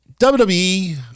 WWE